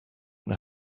know